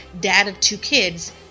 dad-of-two-kids